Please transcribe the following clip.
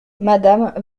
madame